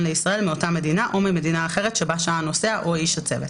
לישראל מאותה מדינה או ממדינה אחרת שבה שהה הנוסע או איש הצוות: